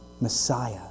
Messiah